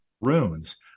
runes